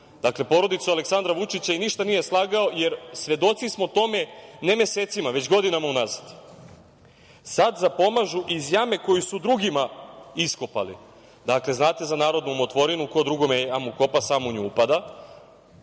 dakle porodicu Aleksandra Vučića i ništa nije slagao, jer svedoci smo tome, ne mesecima, već godinama unazad, „sad zapomažu iz jame koju su drugima iskopali“. Dakle, znate za narodnu umotvorinu – ko drugome jamu kopa, sam u nju upada.